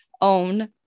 own